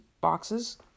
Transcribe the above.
boxes